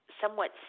somewhat